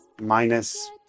minus